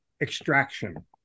extraction